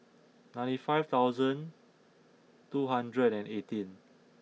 ninety five thousand two hundred and eighteen